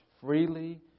freely